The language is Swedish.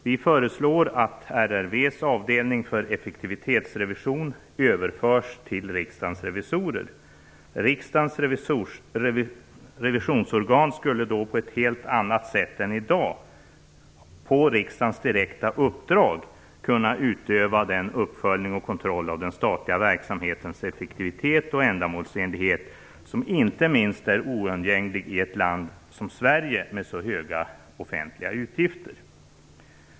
Vi föreslår att RRV:s avdelning för effektivitetsrevision överförs till Riksdagens revisorer. Riksdagens revisionsorgan skulle då på ett helt annat sätt än i dag på riksdagens direkta uppdrag kunna utöva den uppföljning och kontroll av den statliga verksamhetens effektivitet och ändamålsenlighet som inte minst är oundgänglig i ett land som Sverige med så höga offentliga utgifter.